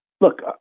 Look